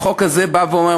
החוק הזה בא ואומר,